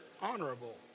honorable